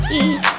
eat